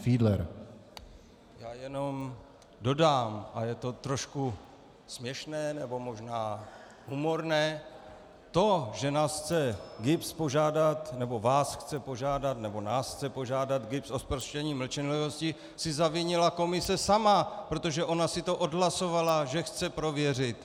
Já jenom dodám, a je to trošku směšné, nebo možná humorné, to, že nás chce GIBS požádat, nebo vás chce požádat, nebo nás chce požádat GIBS o zproštění mlčenlivosti, si zavinila komise sama, protože ona si odhlasovala, že chce prověřit.